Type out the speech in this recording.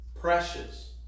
precious